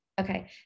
Okay